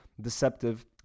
deceptive